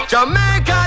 Jamaica